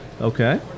Okay